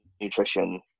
nutrition